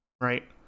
right